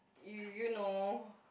you you know